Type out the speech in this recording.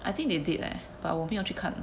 I think they did leh but 我没有去看